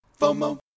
FOMO